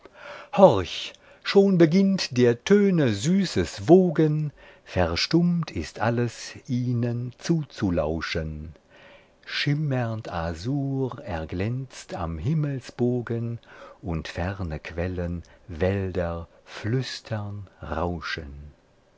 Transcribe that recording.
schon beginnt der töne süßes wogen verstummt ist alles ihnen zuzulauschen schimmernd azur erglänzt am himmelsbogen und ferne quellen wälder flüstern rauschen